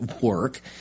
work